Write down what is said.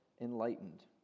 enlightened